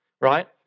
right